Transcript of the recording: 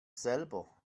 selber